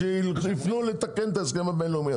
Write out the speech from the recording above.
שיפנו לתקן את ההסכם הבינלאומי הזה.